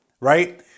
right